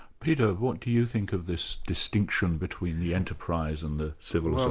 peter, what do you think of this distinction between the enterprise and the civil um